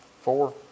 four